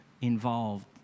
involved